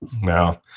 No